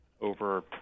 over